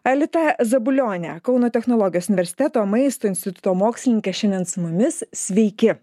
alita zabulionė kauno technologijos universiteto maisto instituto mokslininkė šiandien su mumis sveiki